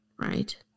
right